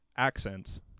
Accents